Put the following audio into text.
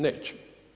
Neće.